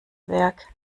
werk